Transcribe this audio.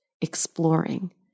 exploring